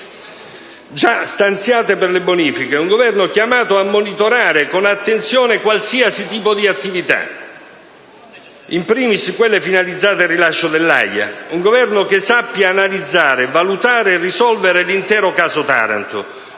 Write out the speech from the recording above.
già stanziate per le bonifiche. Un Governo chiamato a monitorare con attenzione qualsiasi tipo di attività, *in primis* quelle finalizzate al rilascio dell'AIA. Un Governo che sappia analizzare, valutare e risolvere l'intero caso Taranto,